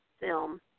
film